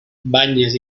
banyes